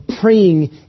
praying